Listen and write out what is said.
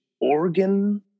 organ